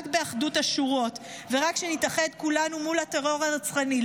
רק באחדות השורות ורק כשנתאחד כולנו מול הטרור הרצחני,